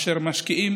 אשר משקיעים